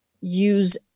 use